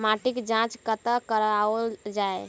माटिक जाँच कतह कराओल जाए?